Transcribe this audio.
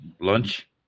Lunch